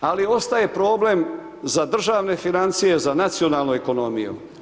Ali ostaje problem za državne financije za nacionalnu ekonomiju.